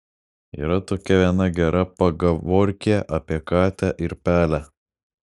yra tokia viena gera pagavorkė apie katę ir pelę